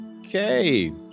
Okay